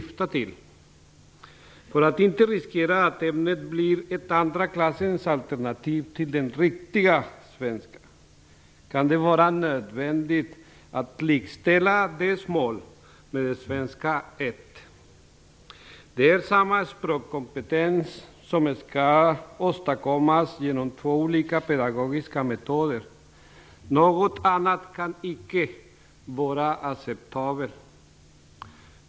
För att inte riskera att ämnet blir ett andraklassens alternativ till den "riktiga" svenskan är det nödvändigt att likställa dess mål med svenska som förstaspråk. Det är samma språkkompetens som skall åstadkommas genom två olika pedagogiska metoder. Något annat kan inte vara acceptabelt.